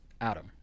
Adam